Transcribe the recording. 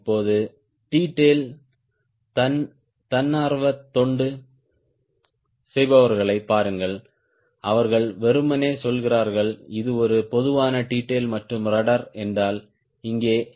இப்போது T tail தன்னார்வத் தொண்டு செய்பவர்களைப் பாருங்கள் அவர்கள் வெறுமனே சொல்கிறார்கள் இது ஒரு பொதுவான T tail மற்றும் ரட்ட்ர் என்றால் இங்கே